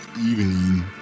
evening